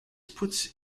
puts